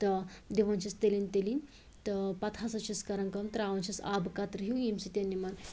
تہٕ دِوان چھِس تٔلنۍ تٔلنۍ تہٕ پَتہٕ ہَسا چھِس کران کٲم ترٛاوان چھِس آبہٕ قَطرٕ ہیٚو ییٚمہِ سۭتۍ یمن